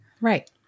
Right